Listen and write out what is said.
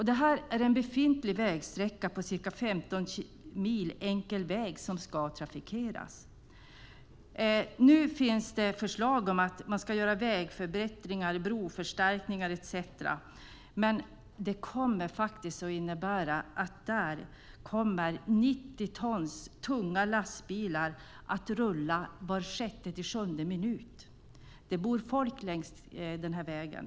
Det är en befintlig vägsträcka på ca 15 mil enkel väg som ska trafikeras. Nu finns förslag om att man ska göra vägförbättringar, broförstärkningar etcetera. Men det kommer att innebära att 90 ton tunga lastbilar kommer att rulla var sjätte sjunde minut. Det bor människor längs vägen.